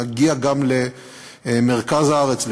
נגיע גם למרכז הארץ,